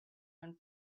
own